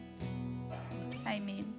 amen